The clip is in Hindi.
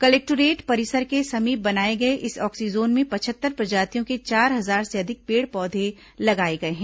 कलेक्टोरेट परिसर के समीप बनाए गए इस ऑक्सीजोन में पचहत्तर प्रजातियों के चार हजार से अधिक पेड़ पौधे लगाए गए हैं